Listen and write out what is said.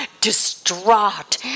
distraught